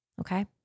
Okay